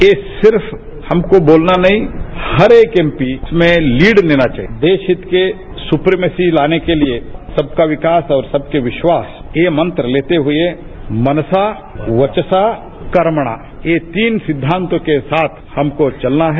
यह सिर्फ हमको बोलना नहीं हर एक बीच में लीड देना चाहिए देशहित के सुपरमेसी लाने के लिए सबका विकास और सबका विश्वास यह मंत्र लेते हुए मनसा वचसा कर्मणा ये तीन सिद्धांतों के साथ हमको चलना है